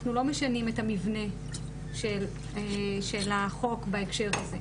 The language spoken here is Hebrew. אנחנו לא משנים את המבנה של החוק בהקשר הזה,